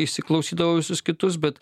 įsiklausydavo į visus kitus bet